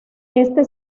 este